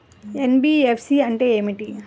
NBFC అంటే ఏమిటి?